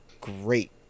great